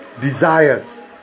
desires